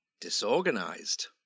disorganized